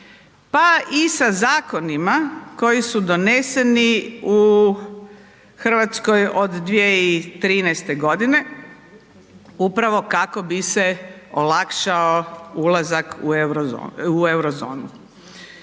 pa i sa zakonima koji su doneseni u RH od 2013.g. upravo kako bi se olakšao ulazak u Eurozonu.